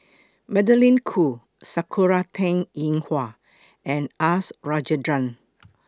Magdalene Khoo Sakura Teng Ying Hua and US Rajendran